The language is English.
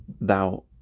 thou